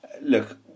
look